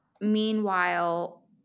Meanwhile